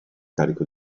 carico